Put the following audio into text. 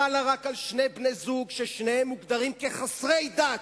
חלה רק על שני בני-זוג ששניהם מוגדרים חסרי דת.